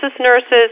nurses